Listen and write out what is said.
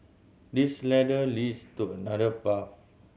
this ladder leads to another path